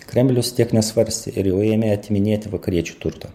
kremlius tiek nesvarstė ir jau ėmė atiminėti vakariečių turtą